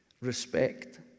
respect